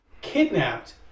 kidnapped